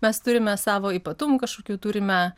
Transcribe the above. mes turime savo ypatumų kažkokių turime